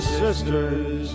sisters